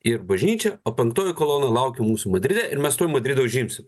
ir bažnyčia o penktoji kolona laukia mūsų madride ir mes tuoj madridą užimsim